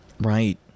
Right